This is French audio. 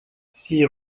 six